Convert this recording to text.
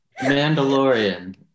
Mandalorian